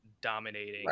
dominating